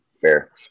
fair